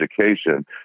education